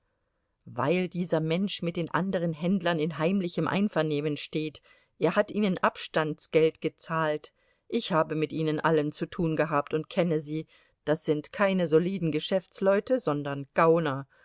weil dieser mensch mit den anderen händlern in heimlichem einvernehmen steht er hat ihnen abstandsgeld gezahlt ich habe mit ihnen allen zu tun gehabt und kenne sie das sind keine soliden geschäftsleute sondern gauner